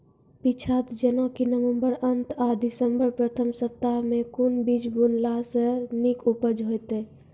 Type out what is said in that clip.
पीछात जेनाकि नवम्बर अंत आ दिसम्बर प्रथम सप्ताह मे कून बीज बुनलास नीक उपज हेते?